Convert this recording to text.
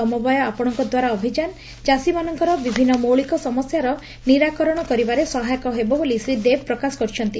ସମବାୟ ଆପଣଙ୍କ ଦ୍ୱାର ଅଭିଯାନ ଚାଷୀମାନଙ୍କର ବିଭିନୁ ମୌଳିକ ସମସ୍ୟାର ନିରାକରଣ କରିବାରେ ସହାୟକ ହେବ ବୋଲି ଶ୍ରୀ ଦେବ ପ୍ରକାଶ କରିଛନ୍ତି